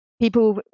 people